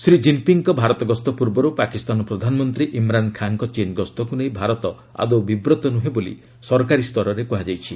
ଶ୍ରୀ ଜିନପିଙ୍ଗ୍ଙ୍କ ଭାରତଗସ୍ତ ପୂର୍ବରୁ ପାକିସ୍ତାନ ପ୍ରଧାନମନ୍ତ୍ରୀ ଇମ୍ରାନ ଖାଁଙ୍କ ଚୀନ ଗସ୍ତକୁ ନେଇ ଭାରତ ଆଦୌ ବିବ୍ରତ ନୁହେଁ ବୋଲି ସରକାରୀ ସ୍ତରରେ କୁହାଯାଇଛି